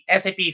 sap